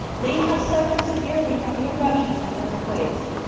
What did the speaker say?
they have suffered severely from eruptions and earthquakes.